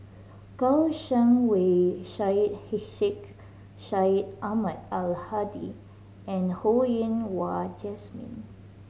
Kouo Shang Wei Syed Sheikh Syed Ahmad Al Hadi and Ho Yen Wah Jesmine